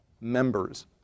members